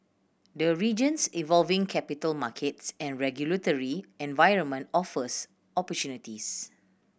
the region's evolving capital markets and regulatory environment offers opportunities